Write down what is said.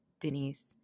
Denise